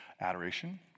adoration